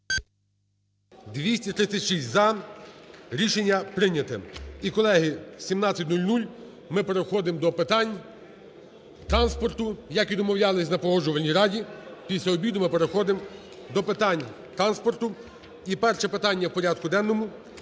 За-236 Рішення прийнято . І, колеги, 17:00 – ми переходимо до питань транспорту, як і домовлялися на Погоджувальній раді, після обіду ми переходимо до питань транспорту. І перше питання в порядку денному